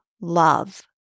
love